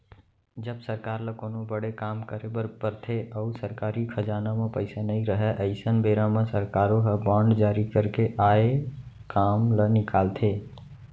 जब सरकार ल कोनो बड़े काम करे बर परथे अउ सरकारी खजाना म पइसा नइ रहय अइसन बेरा म सरकारो ह बांड जारी करके आए काम ल निकालथे